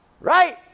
Right